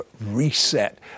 reset